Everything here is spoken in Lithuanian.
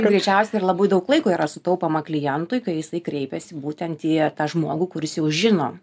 greičiausiai ir labai daug laiko yra sutaupoma klientui kai jisai kreipiasi būtent į tą žmogų kuris jau žino